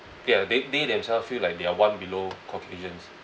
ya they they themselves feel like they are one below caucasians